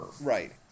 Right